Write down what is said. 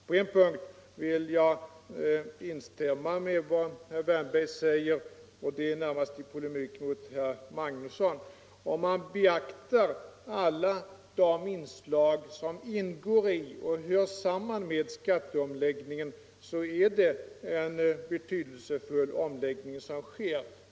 På en punkt vill jag instämma i vad herr Wärnberg sade, och det är närmast i polemik med herr Magnusson i Borås. Om man beaktar alla de inslag som ingår i och hör samman med skatteomläggningen, är det en betydelsefull omläggning som sker.